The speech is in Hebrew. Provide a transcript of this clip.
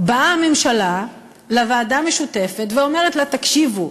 באה הממשלה לוועדה המשותפת ואומרת לה: תקשיבו,